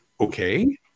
Okay